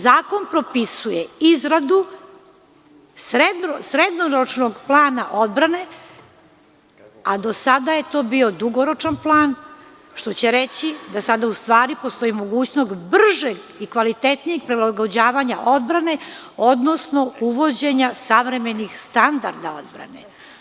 Zakon propisuje izradu srednjoročnog plana odbrane, a do sada je to bio dugoročan plan, što će reći, da sada u stvari postoji mogućnost bržeg i kvalitetnije prilagođavanja odbrane, odnosno uvođenja savremenih standarda odbrane.